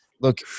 Look